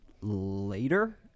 later